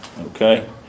Okay